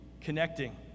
connecting